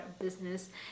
business